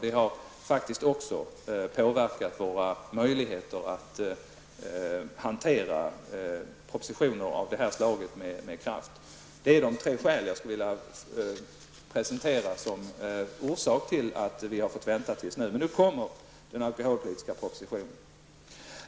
Det har faktiskt också påverkat våra möjligheter att med kraft hantera propositioner av detta slag. Det är de tre skäl som jag kan anföra som orsak till det långa dröjsmålet. Men nu kommer alltså den alkoholpolitiska propositionen.